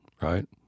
right